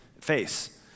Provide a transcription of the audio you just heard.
face